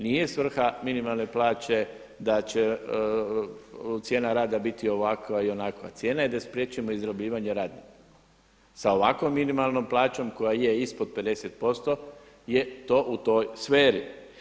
Nije svrha minimalne plaće da će cijena rada biti ovakva i onakva, cijena je da spriječimo izrabljivanje radnika sa ovako minimalnom plaćom koja je ispod 50% je u toj sferi.